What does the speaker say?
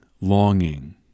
longing